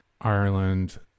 Ireland